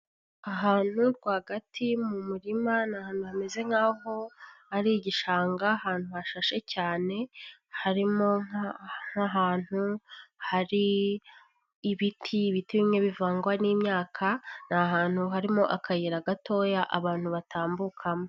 Ahantu rwagati mu murima ni ahantu hameze nk'aho ari igishanga, ahantu hashashe cyane harimo nk'ahantu hari ibiti, ibiti bimwe bivangwa n'imyaka, ni ahantu harimo akayira gatoya abantu batambukamo.